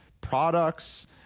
products